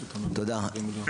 תודה.